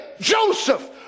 Joseph